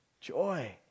joy